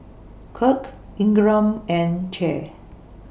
Kirk Ingram and Che